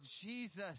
Jesus